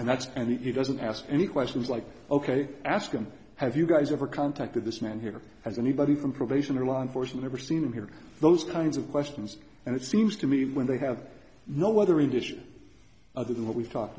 and that's and he doesn't ask any questions like ok ask him have you guys ever contacted this man here has anybody from probation or law enforcement ever seen him here those kinds of questions and it seems to me when they have no other industry other than what we